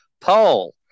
Paul